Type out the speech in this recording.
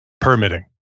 permitting